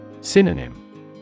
Synonym